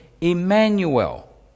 Emmanuel